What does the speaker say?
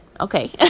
Okay